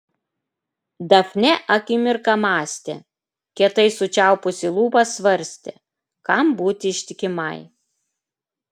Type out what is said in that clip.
dafnė akimirką mąstė kietai sučiaupusi lūpas svarstė kam būti ištikimai